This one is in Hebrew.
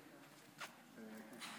אדוני היושב-ראש,